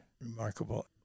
remarkable